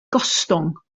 gostwng